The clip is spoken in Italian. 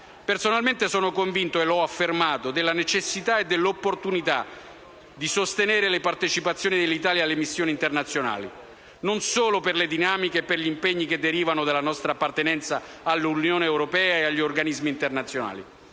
Personalmente sono convinto - e l'ho sempre affermato - della necessità e dell'opportunità di sostenere la partecipazione dell'Italia alle missioni internazionali. Ciò non solo per le dinamiche e per gli impegni che derivano dalla nostra appartenenza all'Unione europea e agli organismi internazionali,